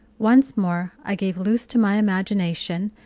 once more i gave loose to my imagination,